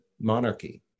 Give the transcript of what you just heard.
monarchy